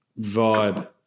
vibe